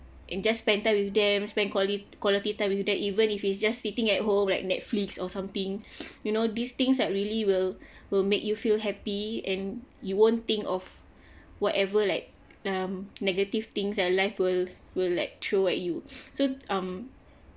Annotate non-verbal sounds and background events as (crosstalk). and just spend time with them spend qualit~ quality time with them even if it's just sitting at home like netflix or something (noise) you know these things that really will will make you feel happy and you won't think of whatever like um negative things that life will will like throw at you (noise) so um